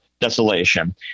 desolation